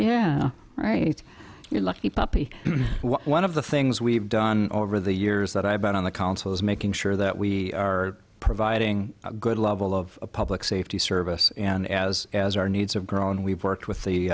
yeah right lucky puppy one of the things we've done over the years that i bet on the council is making sure that we are providing a good level of public safety service and as as our needs have grown we've worked with the